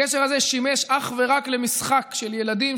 הגשר הזה שימש אך ורק למשחק של ילדים,